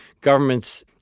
governments